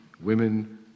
women